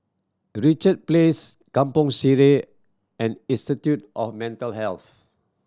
Richard Place Kampong Sireh and Institute of Mental Health